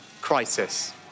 crisis